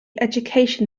education